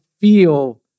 feel